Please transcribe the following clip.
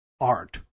art